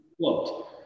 quote